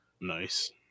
Nice